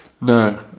No